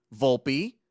Volpe